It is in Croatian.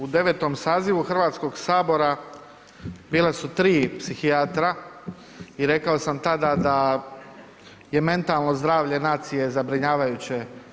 U 9. sazivu Hrvatskoga sabora bile su 3 psihijatra i rekao sam tada da je mentalno zdravlje nacije zabrinjavajuće.